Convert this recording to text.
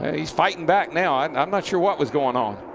he's fighting back now. and i'm not sure what was going on.